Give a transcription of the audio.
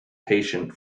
patient